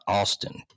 Austin